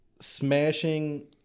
Smashing